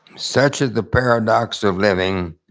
such is the paradox of living,